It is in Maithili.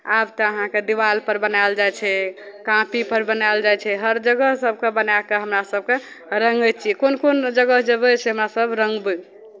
आब तऽ अहाँके दिवालपर बनायल जाइ छै कापीपर बनायल जाइ छै हर जगह सभकेँ बना कऽ हमरा सभके रङ्गै छियै कोन कोन जगह जेबै से हमरासभ रङ्गबै